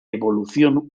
evolución